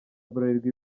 bralirwa